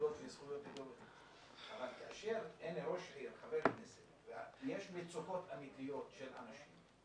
אבל כאשר יש מצוקות אמיתיות של אנשים,